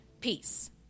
Peace